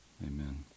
Amen